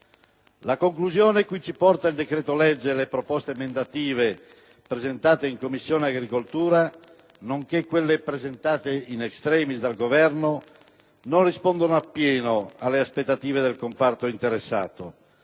La conclusione cui ci porta il decreto-legge e le proposte emendative presentate in Commissione agricoltura nonché quelle presentate *in extremis* dal Governo non rispondono appieno alle aspettative del comparto interessato.